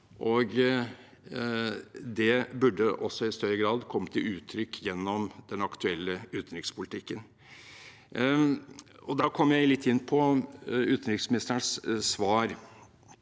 det burde også i større grad komme til uttrykk gjennom den aktuelle utenrikspolitikken. Da kommer jeg litt inn på utenriksministerens svar.